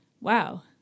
Wow